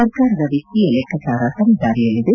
ಸರ್ಕಾರದ ವಿತ್ತೀಯ ಲೆಕ್ಕಾಚಾರ ಸರಿ ದಾರಿಯಲ್ಲಿದೆ